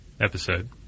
episode